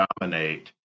dominate